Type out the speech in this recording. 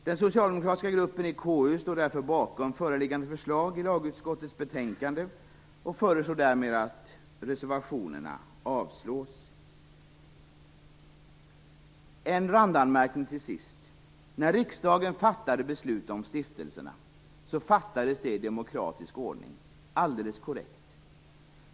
Den socialdemokratiska gruppen i KU står därför bakom föreliggande förslag i lagutskottets betänkande och föreslår därför att reservationerna avslås. Jag har till sist en randanmärkning. När riksdagen fattade beslut om stiftelserna fattades detta i demokratisk ordning - alldeles korrekt.